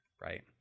right